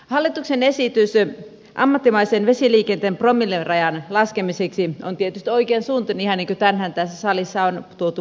hallituksen esitys ammattimaisen vesiliikenteen promillerajan laskemiseksi on tietysti oikeansuuntainen ihan niin kuin tänään tässä salissa on tuotu paljon esille